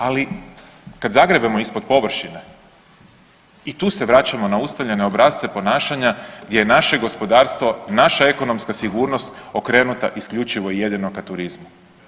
Ali kad zagrebemo ispod površine i tu se vraćamo na ustaljene obrasce ponašanja gdje je naše gospodarstvo, naša ekonomska sigurnost okrenuta isključivo i jedino ka turizmu.